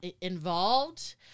involved